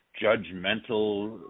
judgmental